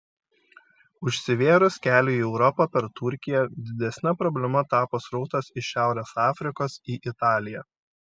užsivėrus keliui į europą per turkiją didesne problema tapo srautas iš šiaurės afrikos į italiją